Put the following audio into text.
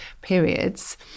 periods